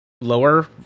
lower